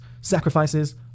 sacrifices